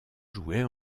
jouait